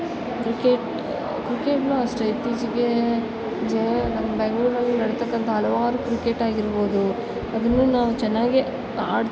cricket ಕ್ರಿಕೆಟ್ನು ಅಷ್ಟೇ ಇತ್ತೀಚಿಗೆ ಜೆ ನಮ್ಮ ಬೆಂಗಳೂರಲ್ಲಿ ನಡೆತಕ್ಕಂತಹ ಹಲವಾರು ಕ್ರಿಕೆಟ್ ಆಗಿರ್ಬೌದು ಅದನ್ನು ನಾವು ಚೆನ್ನಾಗಿ ಆಡಿ